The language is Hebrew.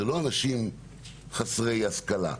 זה לא אנשים חסרי השכלה.